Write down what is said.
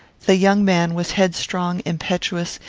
the young man was headstrong, impetuous,